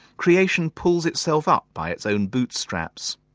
creation pulls itself up by its own bootstraps.